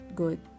good